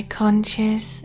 conscious